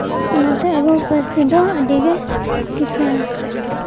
ᱚᱱᱟᱛᱮ ᱟᱵᱚᱣᱟᱜ ᱯᱟᱹᱨᱥᱤ ᱫᱚ ᱟᱹᱰᱤ ᱜᱮ ᱠᱤᱥᱟᱹᱬᱟ